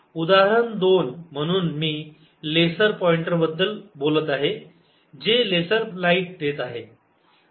उदाहरण 2 म्हणून मी लेसर पॉईंटर बद्दल बोलत आहे जे लेसर लाईट देत आहे